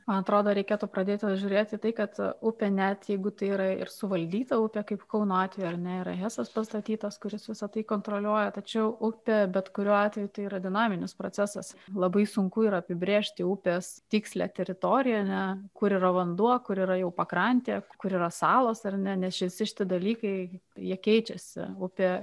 man atrodo reikėtų pradėti žiūrėti į tai kad upė net jeigu tai yra ir suvaldyta upė kaip kauno atveju ar ne yra hesas pastatytos kuris visa tai kontroliuoja tačiau upė bet kuriuo atveju tai yra dinaminis procesas labai sunku yra apibrėžti upės tikslią teritoriją ne kur yra vanduo kur yra jau pakrantėje kur yra salos ar ne nes šis šiti dalykai jie keičiasi upė